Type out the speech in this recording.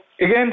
again